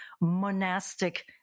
monastic